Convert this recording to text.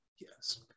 Yes